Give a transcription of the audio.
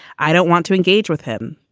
i don't want to engage with him.